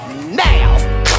Now